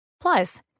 Plus